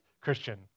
Christian